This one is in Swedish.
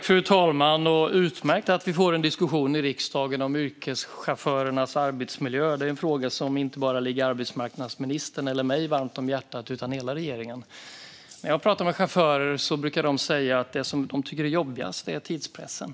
Fru talman! Det är utmärkt att vi får en diskussion i riksdagen om yrkeschaufförernas arbetsmiljö. Det är en fråga som inte bara ligger arbetsmarknadsministern eller mig varmt om hjärtat utan hela regeringen. När jag pratar med chaufförer brukar de säga att det som de tycker är jobbigast är tidspressen.